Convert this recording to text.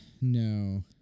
No